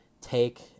take